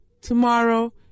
Tomorrow